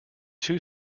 two